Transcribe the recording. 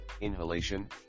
inhalation